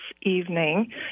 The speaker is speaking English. evening